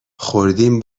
خوردیم